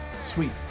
sweet